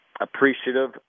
Appreciative